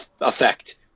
effect